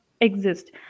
exist